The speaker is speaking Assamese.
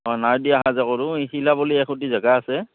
অঁ নাও দিয়ে অহা যোৱা কৰোঁ এই শিলাবোলি এসুটি জেগা আছে